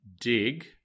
dig